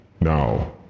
Now